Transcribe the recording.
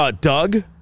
Doug